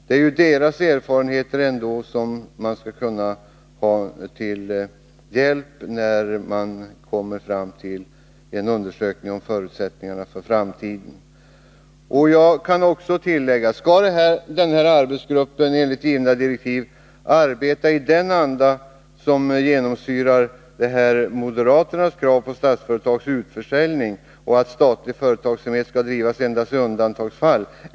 Det är ju de anställdas erfarenheter som man kan ha till hjälp, när man skall undersöka förutsättningarna för framtiden. Jag kan också tillägga följande fråga: Skall denna arbetsgrupp, enligt givna direktiv, arbeta i den anda som genomsyrar moderaternas krav på Statsföretags utförsäljning och på att statlig verksamhet skall bedrivas endast i undantagsfall?